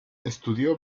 estudió